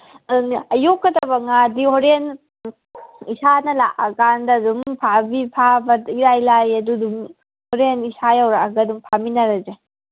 ꯑꯗꯨꯅꯤ ꯌꯣꯛꯀꯗꯕ ꯉꯥꯗꯤ ꯍꯣꯔꯦꯟ ꯏꯁꯥꯅ ꯂꯥꯛꯑꯀꯥꯟꯗ ꯑꯗꯨꯝ ꯐꯥꯕ ꯏꯂꯥꯏ ꯂꯥꯏꯌꯦ ꯑꯗꯨꯗꯨꯝ ꯍꯣꯔꯦꯟ ꯏꯁꯥ ꯌꯧꯔꯛꯑꯒ ꯑꯗꯨꯝ ꯐꯥꯃꯤꯟꯅꯔꯁꯦ